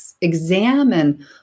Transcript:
examine